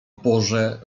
boże